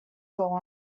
gone